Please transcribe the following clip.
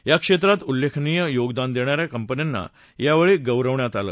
या क्षेत्रात उल्लेखनीय योगदान देणाऱ्या कंपन्यांना यावेळी गौरवण्यात आलं